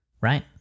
Right